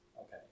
Okay